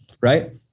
right